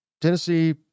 Tennessee